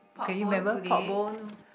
can you remember pork bone